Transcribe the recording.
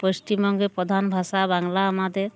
পশ্চিমবঙ্গের প্রধান ভাষা বাংলা আমাদের